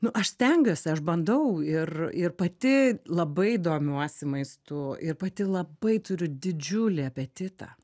nu aš stengiuosi aš bandau ir ir pati labai domiuosi maistu ir pati labai turiu didžiulį apetitą